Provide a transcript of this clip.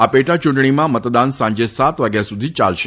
આ પેટા ચુંટણીમાં મતદાન સાંજે સાત વાગ્યા સુધી યાલશે